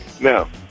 Now